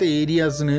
areas